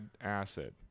acid